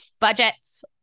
budgets